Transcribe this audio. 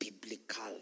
biblical